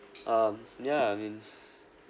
um yeah I mean